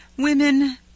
Women